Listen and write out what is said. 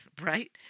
Right